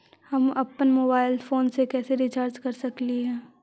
हम अप्पन mobile phone के कैसे रिचार्ज कर सकली हे?